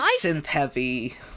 synth-heavy